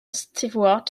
stewart